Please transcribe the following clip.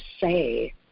say